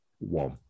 One